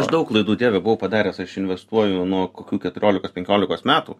aš daug klaidų dieve buvau padaręs aš investuoju nuo kokių keturiolikos penkiolikos metų